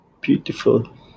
beautiful